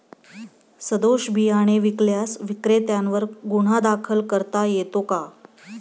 सदोष बियाणे विकल्यास विक्रेत्यांवर गुन्हा दाखल करता येतो का?